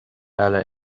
eile